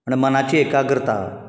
आनी मनाची एकाग्रता